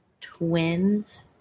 Twins